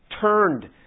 turned